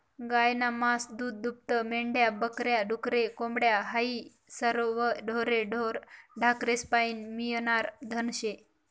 गायनं मास, दूधदूभतं, मेंढ्या बक या, डुकरे, कोंबड्या हायी सरवं ढोरे ढाकरेस्पाईन मियनारं धन शे